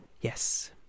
Yes